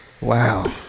Wow